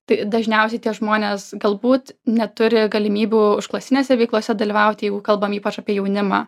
tai dažniausiai tie žmonės galbūt neturi galimybių užklasinėse veiklose dalyvauti jeigu kalbam ypač apie jaunimą